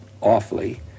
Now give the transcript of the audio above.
awfully